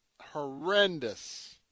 horrendous